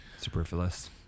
Superfluous